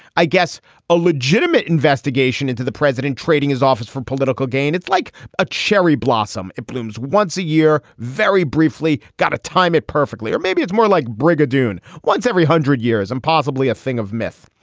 i guess a legitimate investigation into the president trading his office for political gain. it's like a cherry blossom. it blooms once a year. very briefly. got to time it perfectly. or maybe it's more like brigadoon once every hundred years and possibly a thing of myth.